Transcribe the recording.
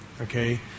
okay